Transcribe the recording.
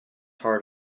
heart